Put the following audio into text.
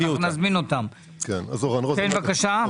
בבקשה.